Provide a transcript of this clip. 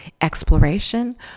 exploration